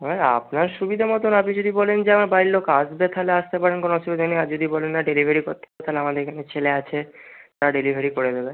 হ্যাঁ আপনার সুবিধা মতন আপনি যদি বলেন যে আমার বাড়ির লোক আসবে তাহলে আসতে পারেন কোনো অসুবিধা নেই আর যদি বলেন না ডেলিভারি করতে তাহলে আমাদের এখানে ছেলে আছে তারা ডেলিভারি করে দেবে